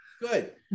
Good